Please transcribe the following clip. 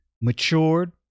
matured